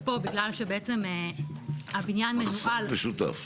המחסן משותף.